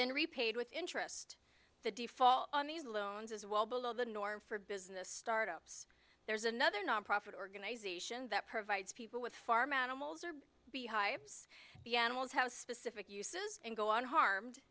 then repaid with interest the default on these loans is well below the norm for business startups there is another nonprofit organization that provides people with farm animals or beehives be animals how specific uses and go on harmed